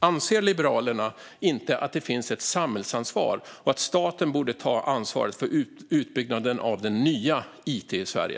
Anser Liberalerna inte att det finns ett samhällsansvar och att staten borde ta ansvaret för utbyggnaden av ny it i Sverige?